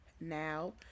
now